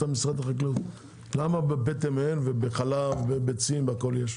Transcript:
למה בפטם אין, ובחלב ובביצים יש?